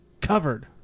Covered